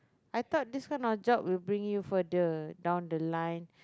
I thought this kind of job will bring you further down the line